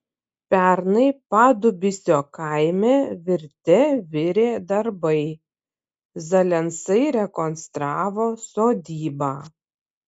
pernai padubysio kaime virte virė darbai zalensai rekonstravo sodybą